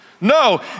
No